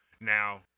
Now